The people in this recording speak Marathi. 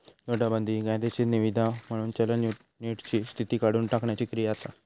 नोटाबंदी हि कायदेशीर निवीदा म्हणून चलन युनिटची स्थिती काढुन टाकण्याची क्रिया असा